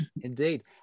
Indeed